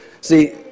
See